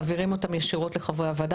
מעבירים אותם ישירות לחברי הוועדה.